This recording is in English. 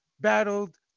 battled